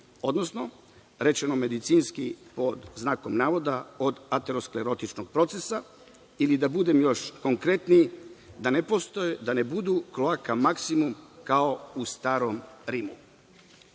odnosno, rečeno medicinski, pod znakom navoda, od aterosklerotičnog procesa ili, da budem još konkretniji, ne budu kao u starom